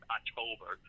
October